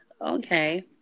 okay